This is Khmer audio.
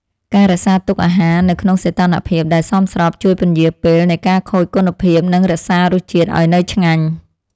ការរក្សាទុកអាហារនៅក្នុងសីតុណ្ហភាពដែលសមស្របជួយពន្យារពេលនៃការខូចគុណភាពនិងរក្សារសជាតិឱ្យនៅឆ្ងាញ់។